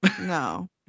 No